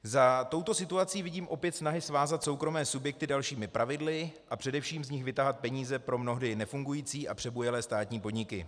Za touto situací vidím opět snahy svázat soukromé subjekty dalšími pravidly a především z nich vytahat peníze pro mnohdy i nefungující a přebujelé státní podniky.